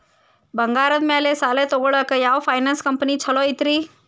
ಬಂಗಾರದ ಮ್ಯಾಲೆ ಸಾಲ ತಗೊಳಾಕ ಯಾವ್ ಫೈನಾನ್ಸ್ ಕಂಪನಿ ಛೊಲೊ ಐತ್ರಿ?